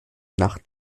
nach